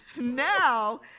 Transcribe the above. Now